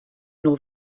nur